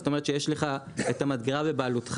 זאת אומרת שיש לך את המדגרה בבעלותך,